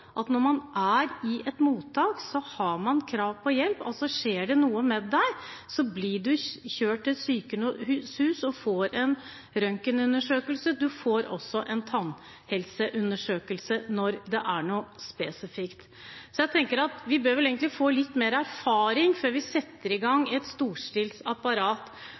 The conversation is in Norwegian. at når man er på et mottak, har man krav på hjelp. Hvis det skjer noe, blir man kjørt til sykehus og får en undersøkelse. Man får også en tannhelseundersøkelse når det er noe spesifikt. Jeg tenker at vi bør vel egentlig få litt mer erfaring før vi setter i gang et